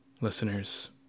listeners